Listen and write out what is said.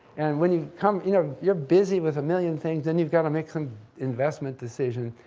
and when you come, you know, you're busy with a million things and you've got to make some investment decision,